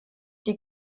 die